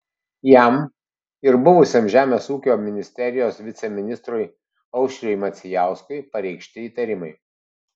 jam ir buvusiam žemės ūkio ministerijos viceministrui aušriui macijauskui pareikšti įtarimai